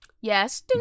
Yes